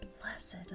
blessed